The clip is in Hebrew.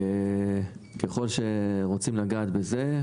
ככל שרוצים לגעת בזה,